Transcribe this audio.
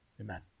Amen